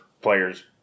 players